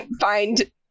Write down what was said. find